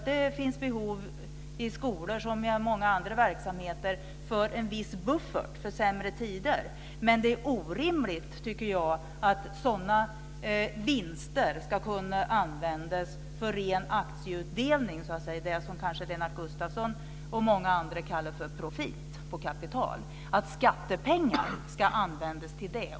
Det finns ju behov i skolor liksom i många andra verksamheter av en viss buffert för sämre tider, men jag tycker att det är orimligt att sådana vinster ska kunna användas för ren aktieutdelning, det som kanske Lennart Gustavsson och många andra kallar för profit på kapital. Det är orimligt att skattepengar ska användas till det.